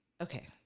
okay